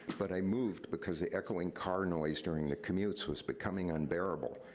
but i moved because the echoing car noise during the commutes was becoming unbearable.